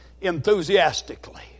enthusiastically